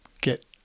get